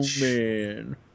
man